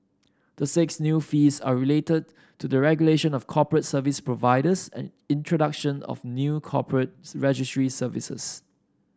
the six new fees are related to the regulation of corporate service providers and introduction of new corporate registry services